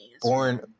Born